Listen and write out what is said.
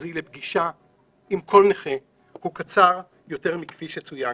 מחוזי לפגישה עם כל נכה הם קצרים יותר מכפי שצוין.